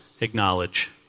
acknowledge